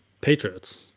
Patriots